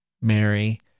Mary